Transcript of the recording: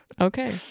Okay